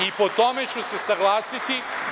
I po tome ću se saglasiti…